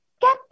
get